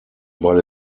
weil